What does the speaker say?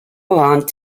belonged